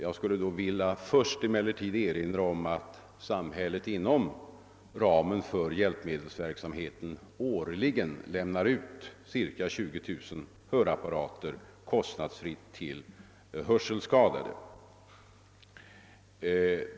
Jag vill först erinra om att samhället inom ramen för hjälpmedelsverksamheten årligen lämnar ut cirka 20 000 hörapparater kostnadsfritt till hörselskadade.